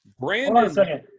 Brandon